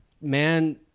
Man